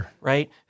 right